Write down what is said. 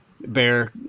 bear